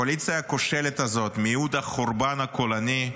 הקואליציה הכושלת הזאת, מיעוט החורבן הקולני,